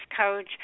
coach